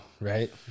Right